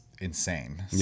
insane